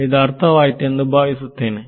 ಇದು ಅರ್ಥವಾಯಿತು ಎಂದು ಭಾವಿಸುತ್ತೇನೆ